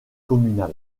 communal